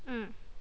mm